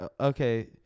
Okay